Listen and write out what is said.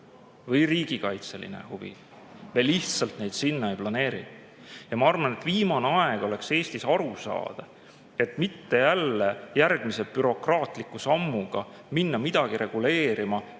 või riigikaitseline huvi. Nad lihtsalt neid sinna ei planeeri. Ma arvan, et viimane aeg oleks Eestis sellest aru saada, mitte jälle järgmise bürokraatliku sammuga minna midagi reguleerima,